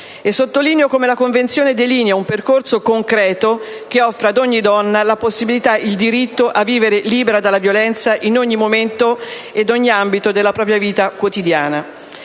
Sottolineo come la Convenzione delinei un percorso concreto che offre ad ogni donna la possibilità e il diritto a vivere libera dalla violenza in ogni momento e in ogni ambito della propria vita quotidiana.